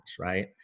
right